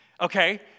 okay